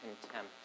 contempt